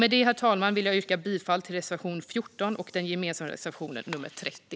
Med det, herr talman, vill jag yrka bifall till reservation 14 och den gemensamma reservationen 30.